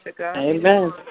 Amen